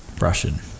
Russian